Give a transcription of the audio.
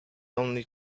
only